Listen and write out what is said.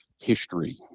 history